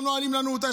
לא נועלים לנו אותה,